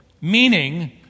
meaning